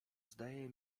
zdaje